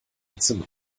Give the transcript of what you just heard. zimmer